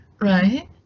right